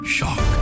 Shock